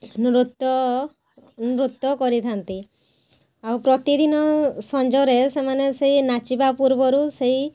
ନୃତ୍ୟ ନୃତ୍ୟ କରିଥାନ୍ତି ଆଉ ପ୍ରତିଦିନ ସଞ୍ଜରେ ସେମାନେ ସେଇ ନାଚିବା ପୂର୍ବରୁ ସେଇ